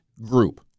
group